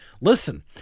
Listen